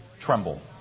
tremble